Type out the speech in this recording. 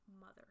mother